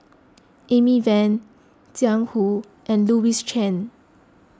Amy Van Jiang Hu and Louis Chen